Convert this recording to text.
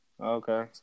Okay